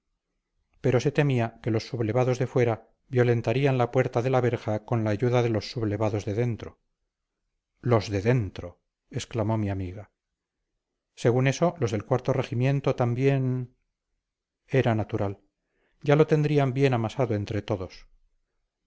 pero se temía que los sublevados de fuera violentarían la puerta de la verja con ayuda de los sublevados de dentro los de dentro exclamó mi amiga según eso los del cuarto regimiento también era natural ya lo tendrían bien amasado entre todos